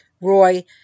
Roy